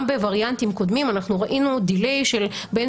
גם בווריאנטים קודמים אנחנו ראינו דיליי של בין